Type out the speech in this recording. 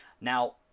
Now